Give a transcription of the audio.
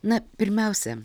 na pirmiausia